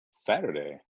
saturday